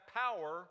power